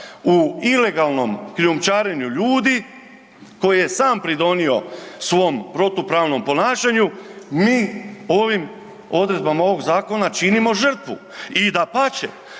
u ilegalnom krijumčarenju ljudi koji je sam pridonio svom protupravnom ponašanju, mi ovim odredbama ovog zakona činimo žrtvu i dapače